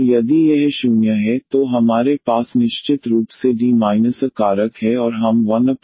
और यदि यह 0 है तो हमारे पास निश्चित रूप से D a कारक है और हम 1D areaxxrr